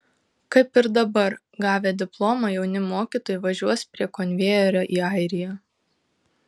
kaip ir dabar gavę diplomą jauni mokytojai važiuos prie konvejerio į airiją